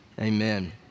Amen